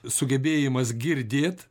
sugebėjimas girdėt